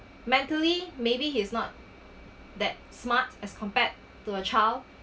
mentally maybe he's not that smart as compared to a child